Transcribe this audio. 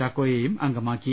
ചാക്കോയെയും അംഗമാക്കി